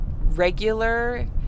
regular